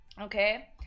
Okay